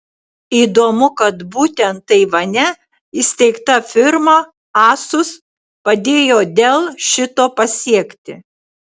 įdomu kad būtent taivane įsteigta firma asus padėjo dell šito pasiekti